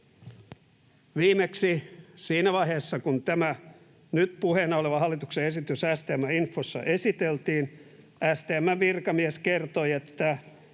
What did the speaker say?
Viimeksi siinä vaiheessa, kun tämä nyt puheena oleva hallituksen esitys STM:n infossa esiteltiin, STM:n virkamies kertoi, että